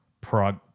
prog